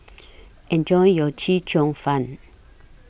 Enjoy your Chee Cheong Fun